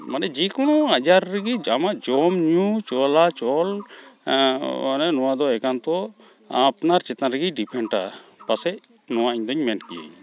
ᱢᱟᱱᱮ ᱡᱮᱠᱳᱱᱳ ᱟᱡᱟᱨ ᱨᱮᱜᱮ ᱟᱢᱟᱜ ᱡᱚᱢᱼᱧᱩ ᱪᱚᱞᱟᱪᱚᱞ ᱢᱟᱱᱮ ᱱᱚᱣᱟᱫᱚ ᱮᱠᱟᱱᱛᱚ ᱟᱯᱱᱟᱨ ᱪᱮᱛᱟᱱᱨᱮᱜᱮᱭ ᱰᱤᱯᱮᱴᱟ ᱯᱟᱥᱮᱪ ᱱᱚᱣᱟ ᱤᱧᱫᱚᱧ ᱢᱮᱱᱠᱤᱭᱟᱹᱧ